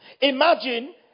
imagine